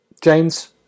James